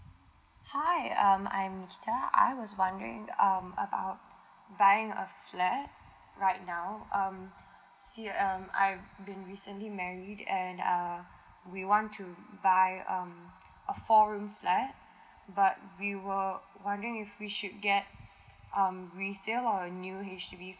hi um I'm gita I was wondering um about buying a flat right now um see um I've been recently married and uh we want to buy um a four rooms flat but we were wondering if we should get um resale or a new H_D_B flat